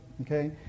okay